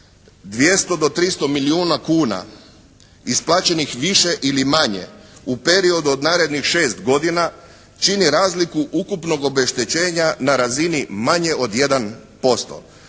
200 do 300 milijuna kuna isplaćenih više ili manje u periodu od narednih 6 godina čini razliku ukupnog obeštećenja na razini manje od 1%.